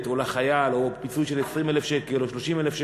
או לחייל או פיצוי של 20,000 שקלים או 30,000,